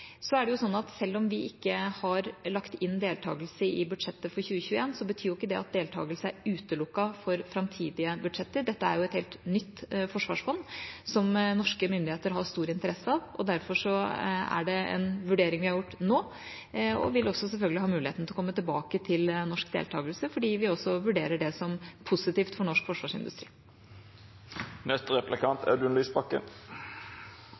Selv om vi ikke har lagt inn deltakelse i budsjettet for 2021, betyr ikke det at deltakelse er utelukket for framtidige budsjetter. Dette er jo et helt nytt forsvarsfond, som norske myndigheter har stor interesse av. Derfor er det en vurdering vi har gjort nå, og vi vil selvfølgelig ha muligheten til å komme tilbake til norsk deltakelse, fordi vi vurderer det som positivt for norsk